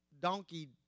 donkey